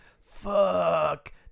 fuck